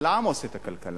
אבל העם עושה את הכלכלה.